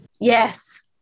Yes